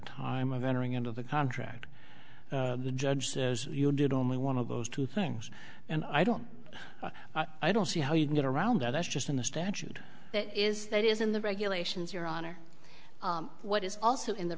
time of entering into the contract the judge says you did only one of those two things and i don't i don't see how you can get around that that's just in the statute that is that is in the regulations your honor what is also in the